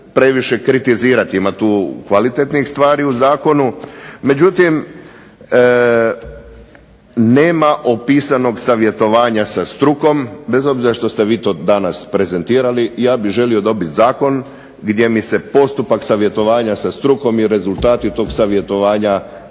previše kritizirati, ima tu kvalitetnih stvari u zakonu, međutim nema opisanog savjetovanja sa strukom, bez obzira što ste vi to danas prezentirali, ja bih želio dobiti zakon gdje mi se postupak savjetovanja sa strukom i rezultati tog savjetovanja